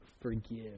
forgive